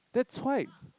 that's why